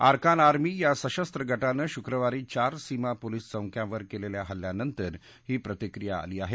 Arakan army या सशस्त्र गटानं शुक्रवारी चार सीमा पोलिस चौक्यांवर केलेल्या हल्ल्यानंतर ही प्रतिक्रिया आली आहे